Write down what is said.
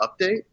update